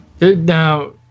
Now